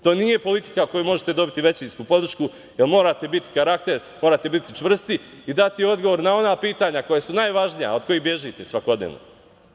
To nije politika kojom možete dobiti većinsku podršku, jer morate biti karakter, morate biti čvrsti i dati odgovor na ona pitanja koja su najvažnija, a od kojih svakodnevno bežite.